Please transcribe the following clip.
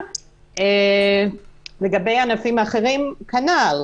לגבי ענפים אחרים כנ"ל.